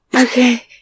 Okay